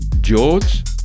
George